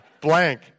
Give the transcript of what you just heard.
Blank